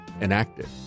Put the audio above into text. enacted